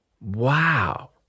Wow